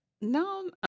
No